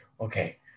okay